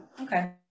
Okay